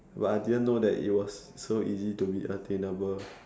but I didn't know that it was so easy to be attainable